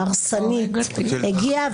ההרסנית הגיעה,